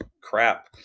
crap